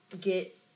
get